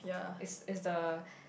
it's it's the